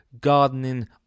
gardening